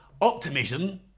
optimism